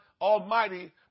almighty